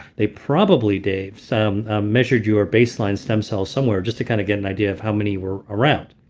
they probably, dave, so um ah measured your baseline stem cells somewhere just to kind of get an idea of how many were around.